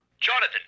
Jonathan